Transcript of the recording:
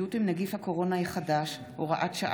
להתמודדות עם נגיף הקורונה החדש (הוראת שעה)